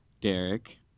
Derek